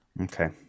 Okay